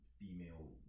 female